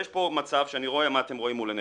יש פה מצב שאני רואה מה אתם רואים מול עיניכם,